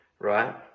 right